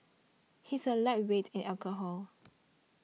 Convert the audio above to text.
he is a lightweight in alcohol